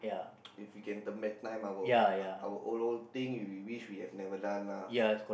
if we can turn back time our old old thing we wish we have never done lah